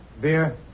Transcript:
Beer